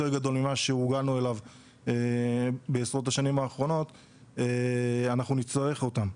גדול ממה שהורגלנו אליו בעשרות השנים האחרונות אנחנו נצטרך אותם,